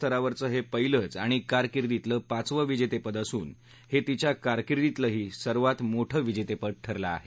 स्तरावरचं हे पहिलंच आणि कारकिर्दितलं पाचवं विजेतेपद असून हे तिच्या कारकिर्दीतलंही हे सर्वात मोठं विजेतेपदही ठरलं आहे